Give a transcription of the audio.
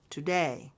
Today